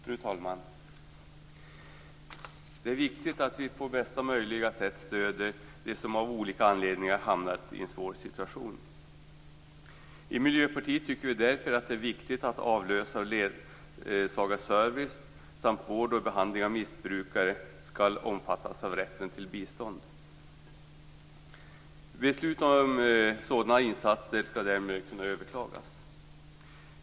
Fru talman! Det är viktigt att vi på bästa möjliga sätt stöder dem som av olika anledningar har hamnat i en svår situation. I Miljöpartiet tycker vi därför att det är viktigt att avlösar och ledsagarservice samt vård och behandling av missbrukare skall omfattas av rätten till bistånd. Beslut om sådana insatser skall därmed kunna överklagas.